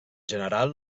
general